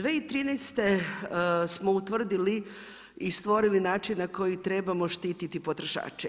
2013. smo utvrdili i stvorili način na koji trebamo štititi potrošače.